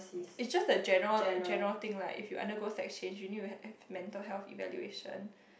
is just a general general thing lah if you undergo sex change you need to have a mental health evaluation